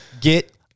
Get